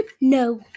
No